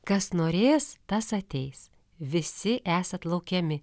kas norės tas ateis visi esat laukiami